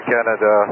Canada